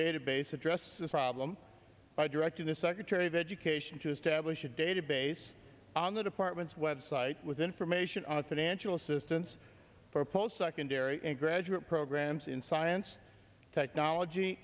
database address this problem by directing the secretary of education to establish a database on the department's website was information on financial assistance for post secondary and graduate programs in science technology